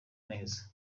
neza